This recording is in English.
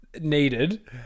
Needed